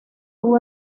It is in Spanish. tuvo